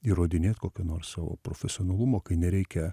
įrodinėt kokio nors savo profesionalumo kai nereikia